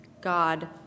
God